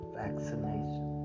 vaccination